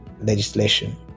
legislation